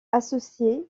associées